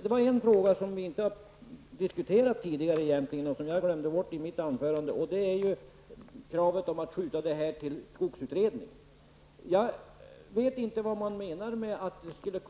Jag glömde i mitt anförande bort en sak som vi inte har diskuterat tidigare, nämligen kravet på att skjuta frågan till skogsutredningen. Jag vet inte vad man menar med att det skulle